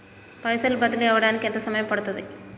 పైసలు బదిలీ అవడానికి ఎంత సమయం పడుతది?